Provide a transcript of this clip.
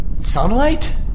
Sunlight